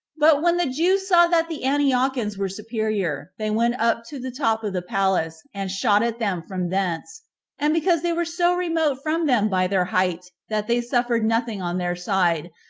but when the jews saw that the antiochians were superior, they went up to the top of the palace, and shot at them from thence and because they were so remote from them by their height, that they suffered nothing on their side,